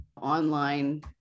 online